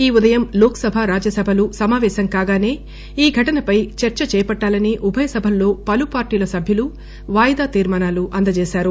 ఈ ఉదయం లోక్ సభ రాజ్యసభలు సమాపేశం కాగాసే ఈ ఘటనపై చర్స చేపట్టాలని ఉభయ సభల్లో పలు పార్లీల సభ్యులు వాయిదా తీర్మానాలు అందజేశారు